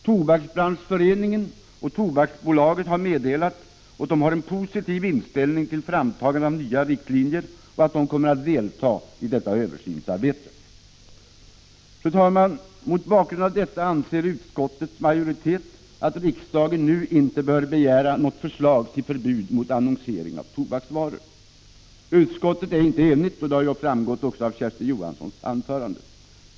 Tobaksbranschföreningen och Tobaksbolaget har meddelat att de har en positiv inställning till framtagande av nya riktlinjer och att de kommer att delta i detta översynsarbete. Fru talman! Mot bakgrund av detta anser utskottets majoritet att riksdagen nu inte bör begära något förslag till förbud mot annonsering av tobaksvaror. Utskottet är inte enigt, vilket har framgått också av Kersti Johanssons anförande.